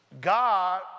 God